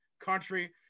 country